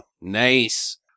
nice